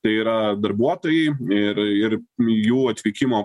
tai yra darbuotojai ir ir jų atvykimo